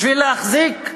בשביל להחזיק,